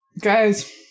guys